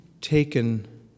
taken